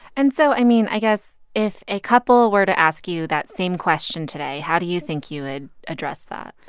and so i mean, i guess if a couple were to ask you that same question today, how do you think you would address that?